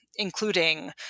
including